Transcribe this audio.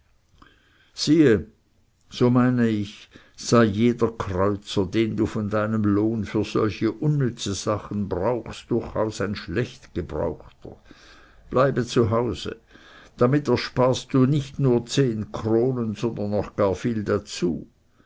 siehe so meine ich sei jeder kreuzer den du von deinem lohn für solche unnütze sachen brauchst durchaus ein schlecht gebrauchter bleibe zu hause und damit ersparst du nicht nur zehn kronen sondern noch gar viel dazu